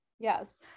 Yes